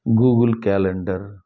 Google calendar